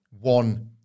one